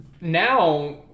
now